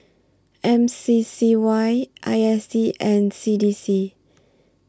M C C Y I S D and C D C